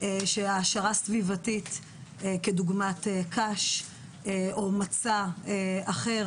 שהעשרה סביבתית כדוגמת קש או מצע אחר